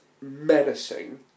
menacing